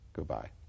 Goodbye